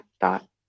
thought